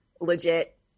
legit